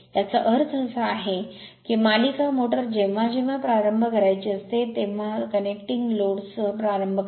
याचा अर्थ असा आहे की मालिका मोटर जेव्हा जेव्हा प्रारंभ करायची असते तेव्हा कनेक्टिंग लोड सह प्रारंभ करा